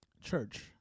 Church